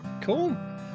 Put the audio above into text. Cool